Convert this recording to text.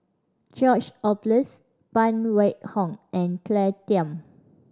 George Oehlers Phan Wait Hong and Claire Tham